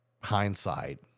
hindsight